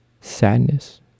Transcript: sadness